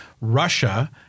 Russia